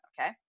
Okay